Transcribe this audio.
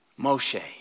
Moshe